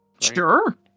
Sure